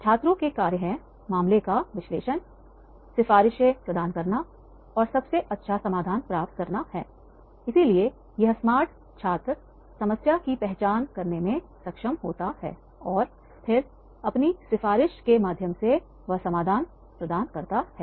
छात्रों के कार्य हैं मामले का विश्लेषण सिफारिशें प्रदान करना है और सबसे अच्छा समाधान प्राप्त करना है इसलिए यह स्मार्ट छात्र समस्या की पहचान करने में सक्षम होगा और फिर अपनी सिफारिश के माध्यम से वह समाधान प्रदान करेगा